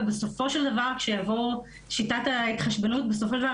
ובסופו של דבר שיטת ההתחשבנות בסופו של דבר,